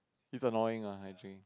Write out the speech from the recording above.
it's annoying ah actually